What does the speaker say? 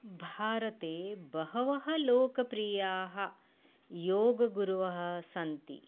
भारते बहवः लोकप्रियाः योगगुरवः सन्ति